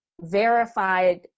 verified